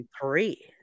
three